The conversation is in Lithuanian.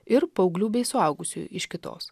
ir paauglių bei suaugusiųjų iš kitos